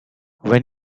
when